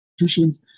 institutions